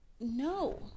No